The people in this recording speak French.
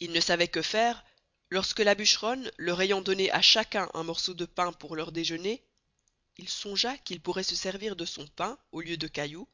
il ne sçavoit que faire lors que la bucheronne leur ayant donné à chacun un morceau de pain pour leur déjeuné il songea qu'il pourroit se servir de son pain au lieu de cailloux